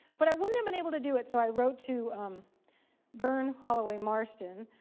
but i wouldn't have been able to do it. so i wrote to byrne holloway marston,